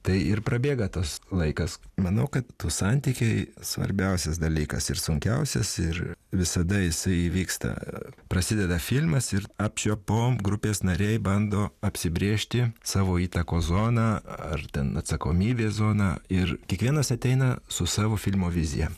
tai ir prabėga tas laikas manau kad tų santykiai svarbiausias dalykas ir sunkiausias ir visada jisai įvyksta prasideda filmas ir apčiuopom grupės nariai bando apsibrėžti savo įtakos zoną ar ten atsakomybės zoną ir kiekvienas ateina su savo filmo vizija